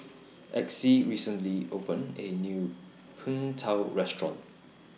Exie recently opened A New Png Tao Restaurant